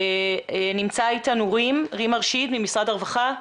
נמצאת איתנו רים ארשיד ממשרד הרווחה.